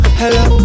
hello